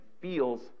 feels